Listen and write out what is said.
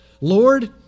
Lord